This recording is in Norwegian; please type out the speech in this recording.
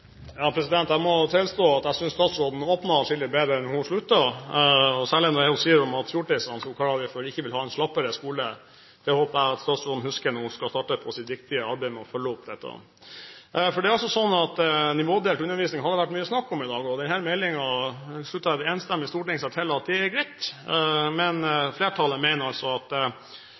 Jeg må tilstå at jeg synes statsråden åpnet atskillig bedre enn hun sluttet, særlig når hun sier at fjortisene – som hun kaller det – ikke vil ha en slappere skole. Det håper jeg at statsråden husker når hun skal starte sitt viktige arbeid med å følge opp dette. Det har vært mye snakk om nivådelt undervisning i dag, og denne meldingen slutter et enstemmig storting seg til, at det er greit, men flertallet mener altså at